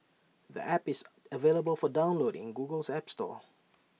the app is available for download in Google's app store